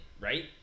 right